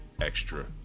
extra